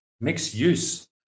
mixed-use